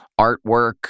artwork